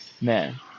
Man